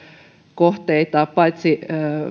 kohteita paitsi